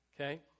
okay